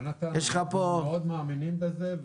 יונתן, אנחנו מאוד מאמינים בזה.